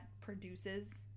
produces